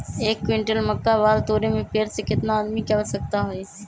एक क्विंटल मक्का बाल तोरे में पेड़ से केतना आदमी के आवश्कता होई?